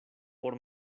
por